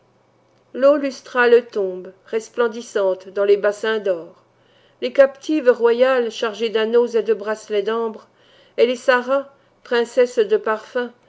l'eau lustrale tombe resplendissante dans les bassins d'or les captives royales chargées d'anneaux et de bracelets d'ambre et les saras princesses de parfums